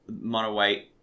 mono-white